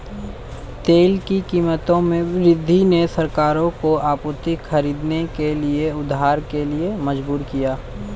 तेल की कीमतों में वृद्धि ने सरकारों को आपूर्ति खरीदने के लिए उधार के लिए मजबूर किया